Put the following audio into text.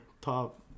Top